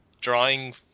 drawing